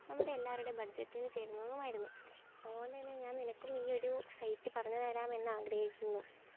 നമ്മുടെ എല്ലാവരുടെയും ബഡ്ജറ്റിന് ചേരുന്നതുമായിരുന്നു അതു കൊണ്ടു തന്നെ ഞാൻ നിനക്കും ഈയൊരു സൈറ്റ് പറഞ്ഞു തരാമെന്നാഗ്രഹിക്കുന്നു